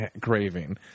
craving